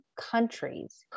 countries